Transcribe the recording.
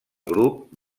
grup